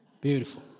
Beautiful